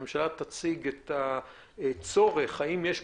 הממשלה תציג את הצורך בהמשך